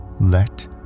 Let